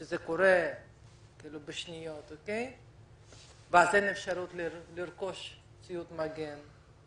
שזה קורה בשניות ואז אין אפשרות לרכוש ציוד מגן.